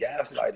gaslighting